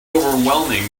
overwhelming